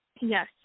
Yes